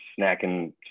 snacking